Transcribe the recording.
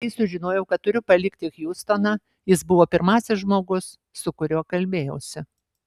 kai sužinojau kad turiu palikti hjustoną jis buvo pirmasis žmogus su kuriuo kalbėjausi